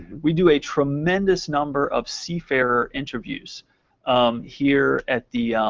we do a tremendous number of seafarer interviews here at the